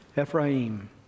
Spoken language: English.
Ephraim